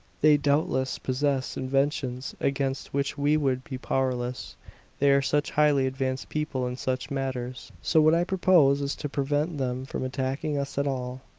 they doubtless possess inventions against which we would be powerless they are such highly advanced people in such matters. so what i propose is to prevent them from attacking us at all!